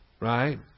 right